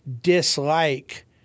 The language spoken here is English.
dislike